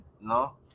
No